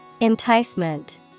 Enticement